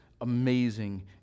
amazing